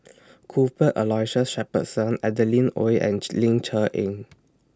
Cuthbert Aloysius Shepherdson Adeline Ooi and Ling Cher Eng